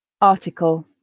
Article